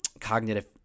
cognitive